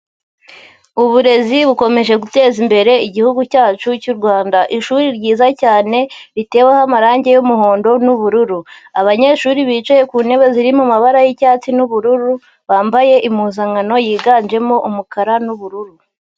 Uburezi bukomeje guteza imbere igihugu cyacu cy'u Rwanda. Ishuri ryiza cyane riteweho amarange y'umuhondo n'ubururu. Abanyeshuri bicaye ku ntebe ziri mu mabara y'icyatsi n'ubururu, bambaye impuzankano yiganjemo umukara n'ubururu.